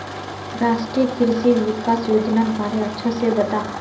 राष्ट्रीय कृषि विकास योजनार बारे अच्छा से बता